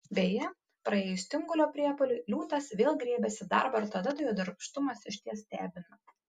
beje praėjus tingulio priepuoliui liūtas vėl griebiasi darbo ir tada jo darbštumas išties stebina